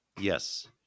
Yes